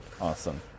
Awesome